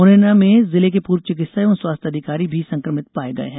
मुरैना में जिले के पूर्व चिकित्सा एवं स्वास्थ्य अधिकारी भी संक्रमित पाये गये हैं